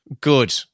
good